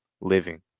living